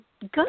Good